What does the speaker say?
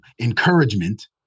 encouragement